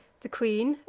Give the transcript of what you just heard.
the queen,